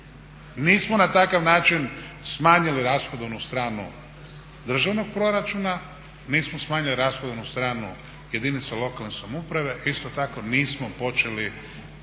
Nismo na takav način smanjili rashodovnu stranu državnog proračuna, nismo smanjili rashodovnu stranu jedinica lokalne samouprave, isto tako nismo počeli